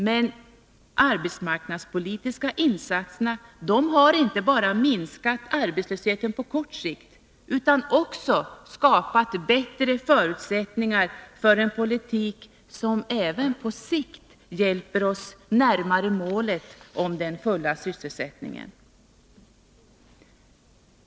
Men de arbetsmarknadspolitiska insatserna har inte bara minskat arbetslösheten på kort sikt utan också skapat bättre förutsättningar för en politik, som även på sikt hjälpt oss närmare målet: den fulla sysselsättningen.